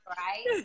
right